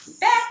Back